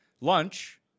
lunch